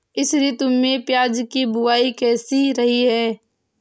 इस ऋतु में प्याज की बुआई कैसी रही है?